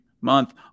month